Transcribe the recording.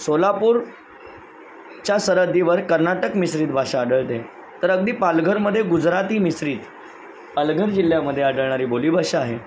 सोलापूर च्या सरहद्दीवर कर्नाटक मिश्रित भाषा आढळते तर अगदी पालघरमध्ये गुजराती मिश्रित पालघर जिल्ह्यामध्ये आढळणारी बोलीभाषा आहे